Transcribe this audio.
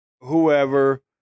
whoever